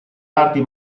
arti